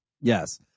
Yes